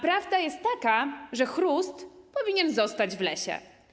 Prawda jest taka, że chrust powinien zostać w lesie.